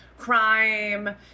Crime